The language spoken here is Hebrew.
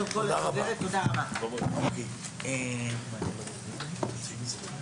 הישיבה ננעלה בשעה 14:50.